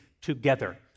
together